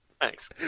Thanks